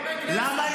למה?